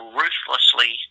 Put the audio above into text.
ruthlessly